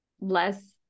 less